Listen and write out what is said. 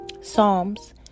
Psalms